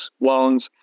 loans